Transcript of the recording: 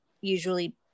usually